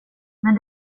men